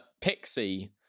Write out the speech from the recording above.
Pixie